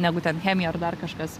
negu ten chemija ar dar kažkas